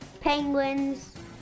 Penguins